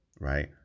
right